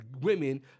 women